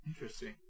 Interesting